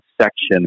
section